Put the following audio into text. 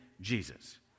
Jesus